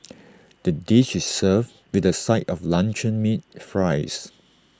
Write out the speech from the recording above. the dish is served with A side of luncheon meat fries